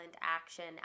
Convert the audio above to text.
action